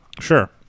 Sure